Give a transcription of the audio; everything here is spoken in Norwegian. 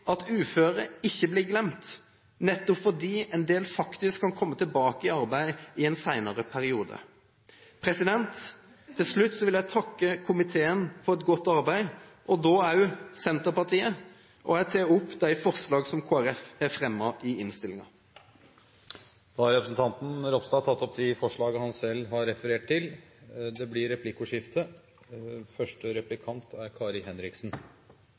komme tilbake i arbeid i en senere periode. Til slutt vil jeg takke komiteen for et godt arbeid – og da også Senterpartiet. Jeg tar opp de forslagene som Kristelig Folkeparti har fremmet i innstillingen. Representanten Kjell Ingolf Ropstad har tatt opp de forslagene han refererte til. Det blir replikkordskifte. I merknadene til innstillingen er